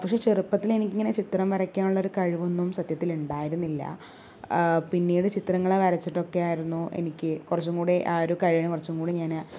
പക്ഷെ ചെറുപ്പത്തിൽ എനിക്ക് ഇങ്ങനെ ചിത്രം വരയ്ക്കാൻ ഉള്ള കഴിവൊന്നും സത്യത്തിൽ ഉണ്ടായിരുന്നില്ല പിന്നീട് ചിത്രങ്ങൾ വരച്ചിട്ടൊക്കെയായിരുന്നു എനിക്ക് കുറച്ചുകൂടി ആ ഒരു കഴിവിനെ കുറച്ചുകൂടി ഞാൻ